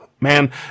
Man